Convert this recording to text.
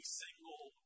single